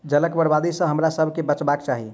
जलक बर्बादी सॅ हमरासभ के बचबाक चाही